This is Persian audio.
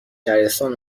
شهرستان